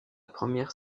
première